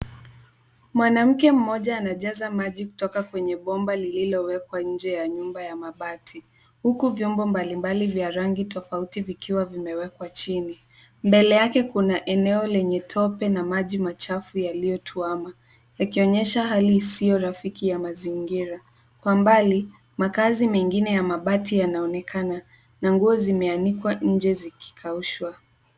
Mwanamke mmoja anajaza maji kutoka kwenye bomba lililowekwa nje ya nyumba ya mabati huku vyombo mbali mbali vya rangi tofauti vikiwa vimewekwa chini. Mbele yake kuna eneo lenye tope na maji machafu yaliyotuwama, yakionyesha hali isiyo rafiki ya mazingira. Kwa mbali, makaazi mengine ya mabati yanaonekana na nguo zimeanikwa nje zikikaushwa.